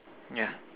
yeah